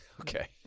Okay